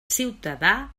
ciutadà